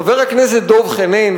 חבר הכנסת דב חנין,